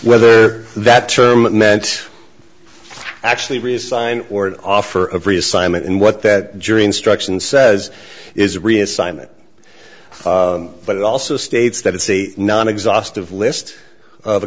whether that term meant actually resign or an offer of reassignment and what that jury instruction says is reassignment but it also states that a c non exhaustive list of